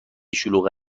شلوغ